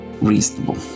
reasonable